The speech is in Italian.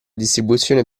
distribuzione